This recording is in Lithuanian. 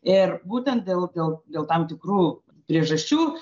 ir būtent dėl dėl dėl tam tikrų priežasčių